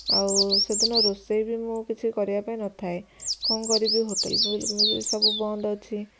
ଆଉ ସେଦିନ ରୋଷେଇ ବି ମୁଁ କିଛି କରିବା ପାଇଁ ନଥାଏ କ'ଣ କରିବି ହୋଟେଲ ବି ସବୁ ବନ୍ଦ ଅଛି